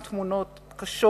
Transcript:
עם תמונות קשות